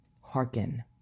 hearken